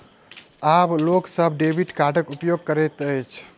आब लोक सभ डेबिट कार्डक उपयोग करैत अछि